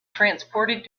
transported